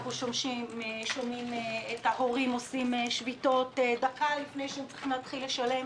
אנחנו שומעים את ההורים עושים שביתות דקה לפני שהם צריכים לשלם,